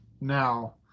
now